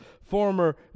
former